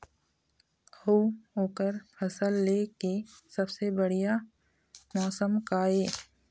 अऊ ओकर फसल लेय के सबसे बढ़िया मौसम का ये?